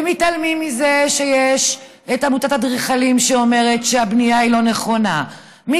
ומתעלמים מזה שעמותת האדריכלים אומרת שהבנייה היא לא נכונה,